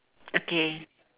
okay